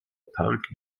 park